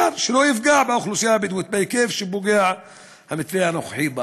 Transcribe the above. ואפשר שזה לא יפגע באוכלוסייה הבדואית בהיקף שפוגע בה המתווה הנוכחי.